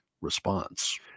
response